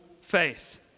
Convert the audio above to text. faith